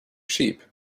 sheep